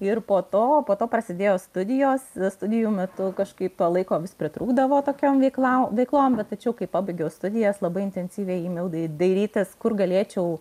ir po to po to prasidėjo studijos studijų metu kažkaip to laiko vis pritrūkdavo tokiom veiklų veiklom tačiau kai pabaigiau studijas labai intensyviai ėmiau dairytis kur galėčiau